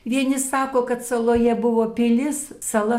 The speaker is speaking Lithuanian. vieni sako kad saloje buvo pilis sala